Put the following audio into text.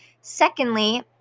Secondly